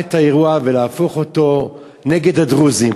לקחת את האירוע ולהפוך אותו נגד הדרוזים,